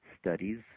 studies